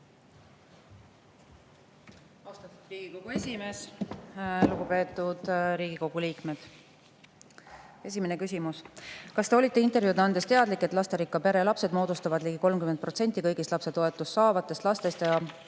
Austatud Riigikogu esimees! Lugupeetud Riigikogu liikmed! Esimene küsimus: "Kas te olite intervjuud andes teadlik, et lasterikka pere lapsed moodustavad ligi 30 protsenti kõigist lapsetoetust saavatest lastest ja